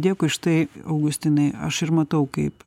dėkui štai augustinai aš ir matau kaip